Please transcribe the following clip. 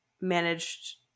managed